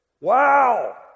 wow